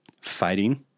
fighting